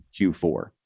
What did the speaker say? Q4